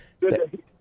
Good